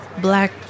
black